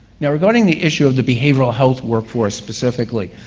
now, regarding the issue of the behavioral health workforce specifically.